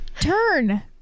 turn